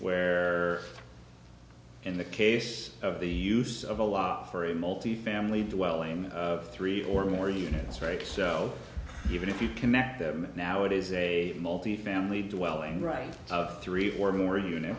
where in the case of the use of a law for a multifamily dwelling of three or more units vary so even if you connect them now it is a multifamily dwelling right of three or more unit